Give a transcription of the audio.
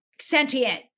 sentient